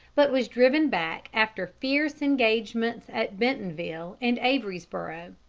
but was driven back after fierce engagements at bentonville and averysboro.